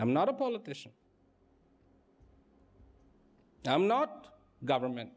i'm not a politician i'm not government